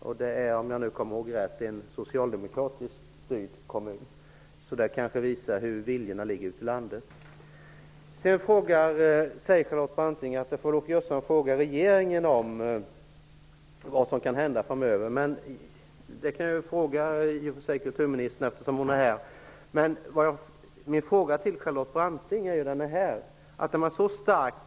Såvitt jag minns är det en socialdemokratiskt styrd kommun. Det här visar kanske litet på hur det är med viljorna ute i landet. Charlotte Branting säger att jag får fråga regeringen om utvecklingen framöver. I och för sig kan jag ju fråga kulturministern hur det förhåller sig. Hon finns ju här i kammaren.